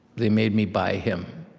they made me buy him.